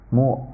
more